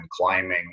climbing